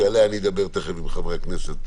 שעליה אני אדבר תיכף עם חברי הכנסת,